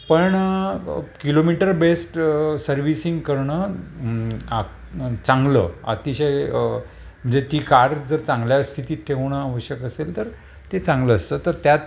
पण kilometre best servicing करणं आ चांगलं अतिशय म्हणजे ती कार जर चांगल्या स्थितीत ठेवणं आवश्यक असेल तर ते चांगलं असतं तर त्यात